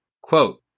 quote